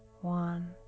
one